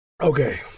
Okay